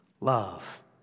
love